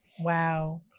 Wow